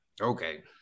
okay